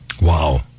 Wow